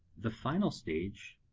the final stage,